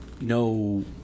no